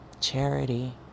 charity